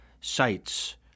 sites